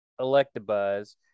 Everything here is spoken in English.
electabuzz